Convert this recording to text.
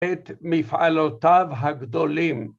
‫את מפעלותיו הגדולים.